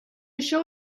show